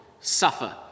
suffer